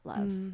love